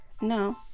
no